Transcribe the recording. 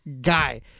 guy